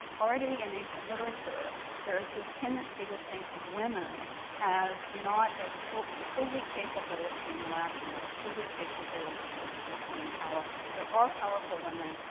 already in ancient literature there is this tendency to think of women as not as fully fully capable of being rational, as fully capable of being powerful. there are powerful women,